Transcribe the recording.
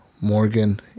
Morgan